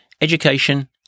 education